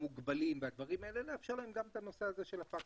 המוגבלים וכולי לאפשר להם גם את הנושא הזה של הפקס.